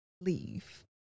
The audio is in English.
leave